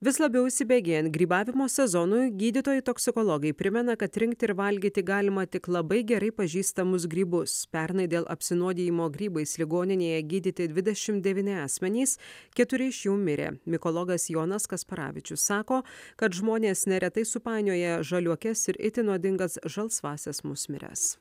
vis labiau įsibėgėjant grybavimo sezonui gydytojai toksikologai primena kad rinkti ir valgyti galima tik labai gerai pažįstamus grybus pernai dėl apsinuodijimo grybais ligoninėje gydyti dvidešim devyni asmenys keturi iš jų mirė mikologas jonas kasparavičius sako kad žmonės neretai supainioja žaliuokes ir itin nuodingas žalsvąsias musmires